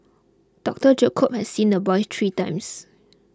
Doctor Jacob had seen the boy three times